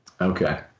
Okay